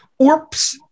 Orps